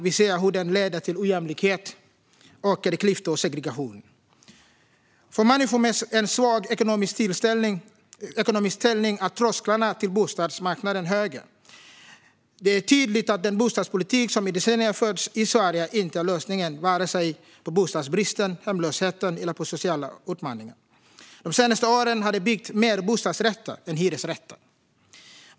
Vi ser hur den leder till ojämlikhet, ökade klyftor och segregation. För människor med en svag ekonomisk ställning är trösklarna till bostadsmarknaden höga. Det är tydligt att den bostadspolitik som i decennier förts i Sverige inte är lösningen på vare sig bostadsbristen, hemlösheten eller sociala utmaningar. De senaste åren har det byggts mer bostadsrätter än hyresrätter.